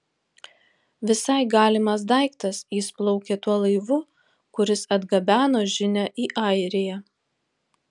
visai galimas daiktas jis plaukė tuo laivu kuris atgabeno žinią į airiją